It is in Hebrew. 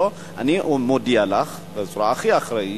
אני מודיע לך, בצורה הכי אחראית,